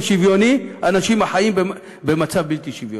שוויוני אנשים החיים במצב בלתי שוויוני.